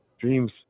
Dreams